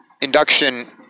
induction